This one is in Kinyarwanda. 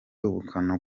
ubukana